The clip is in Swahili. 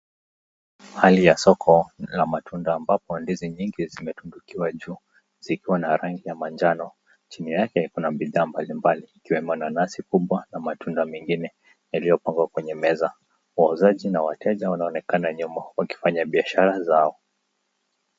Hali ya soko la matunda ambapo ndizi nyingi zimetundikiwa juu ziko na rangi ya majano ,chini yake kuna bithaa mbali mbali ikiwemo nanasi kubwa na matunda mengine yaliyopangwa kwenye meza , wauzaji na wateja wanaonekana nyuma wakifanya biashara zao.